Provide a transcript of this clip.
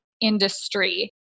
industry